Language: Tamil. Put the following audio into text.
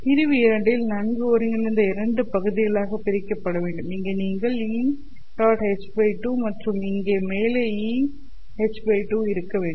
பிரிவு இரண்டில் நன்கு ஒருங்கிணைந்த இரண்டு பகுதிகளாக பிரிக்கப்பட வேண்டும் இங்கே நீங்கள் En1h2 மற்றும் இங்கே மேலே En2h2 இருக்க வேண்டும்